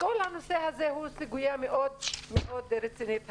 זו סוגיה מאוד רצינית.